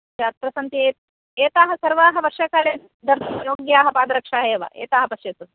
ये अत्र सन्ति एताः सर्वाः वर्षाकाले धर्तुं योग्याः एव एताः पश्यतु